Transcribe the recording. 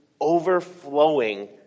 overflowing